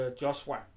Joshua